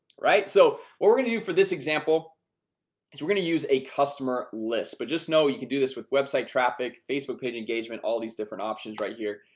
right? so what we're gonna do for this example is we're gonna use a customer list, but just know you can do this with website traffic facebook page engagement all these different options right here.